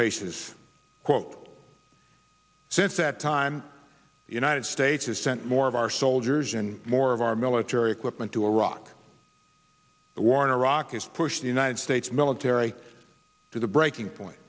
pace's quote since that time the united states has sent more of our soldiers and more of our military equipment to iraq the war in iraq is pushing the united states military to the breaking point